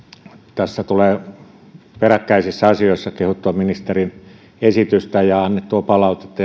tässä tulee peräkkäisissä asioissa kehuttua ministerin esitystä ja annettua palautetta